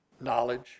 knowledge